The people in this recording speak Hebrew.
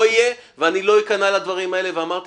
לא יהיה ואני לא אכנע לדברים האלה ואמרתי